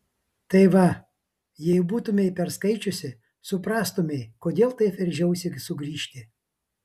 tai va jei būtumei perskaičiusi suprastumei kodėl taip veržiausi sugrįžti